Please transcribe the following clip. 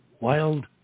Wild